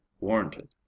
warranted